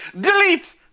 Delete